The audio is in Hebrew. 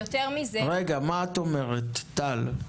מה את אומרת טל?